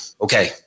okay